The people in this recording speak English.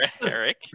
Eric